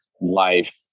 life